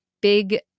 big